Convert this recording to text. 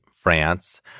France